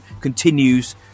continues